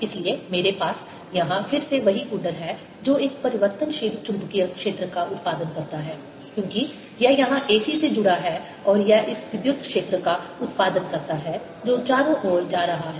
इसलिए मेरे पास यहां फिर से वही कुंडल है जो एक परिवर्तनशील चुंबकीय क्षेत्र का उत्पादन करता है क्योंकि यह यहां AC से जुड़ा है और यह इस विद्युत क्षेत्र का उत्पादन करता है जो चारों ओर जा रहा है